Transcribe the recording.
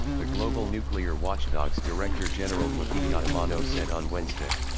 the global nuclear watchdog's director general yukiya amano said on wednesday.